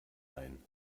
ein